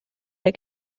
der